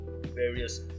various